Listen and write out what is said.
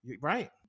right